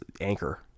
anchor